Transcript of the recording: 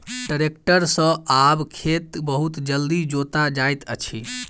tractor सॅ आब खेत बहुत जल्दी जोता जाइत अछि